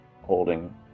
holding